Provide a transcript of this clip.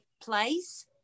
place